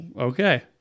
okay